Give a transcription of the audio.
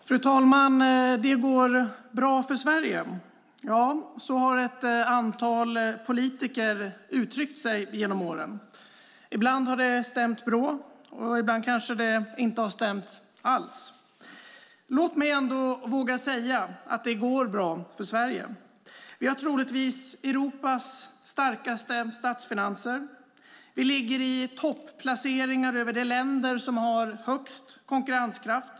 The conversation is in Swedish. Fru talman! Det går bra för Sverige. Så har ett antal politiker uttryckt sig genom åren. Ibland har det stämt bra, och ibland kanske det inte har stämt alls. Låt mig ändå våga säga att det går bra för Sverige. Vi har troligtvis Europas starkaste statsfinanser. Vi ligger i topplaceringarna bland de länder som har högst konkurrenskraft.